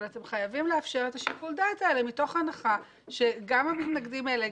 אבל אתם חייבים לאפשר את שיקול הדעת הזה מתוך הנחה שגם המתנגדים האלה,